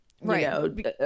Right